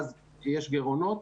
אז יש גירעונות.